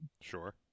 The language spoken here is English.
Sure